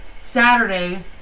Saturday